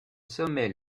sommet